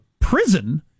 prison